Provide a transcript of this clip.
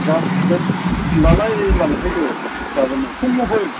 गाबोन होमब्लालाय लांफैदो गाबोननो फुङाव फै